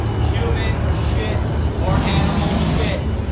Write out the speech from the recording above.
human shit or animal shit!